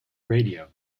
radio